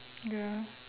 ya